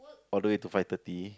order it to five thirty